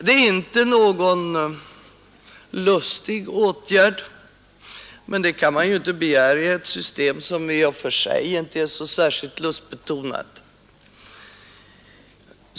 Det är inte någon lustig åtgärd, men det kan man inte begära i ett system som i och för sig inte är så särskilt lustbetonat.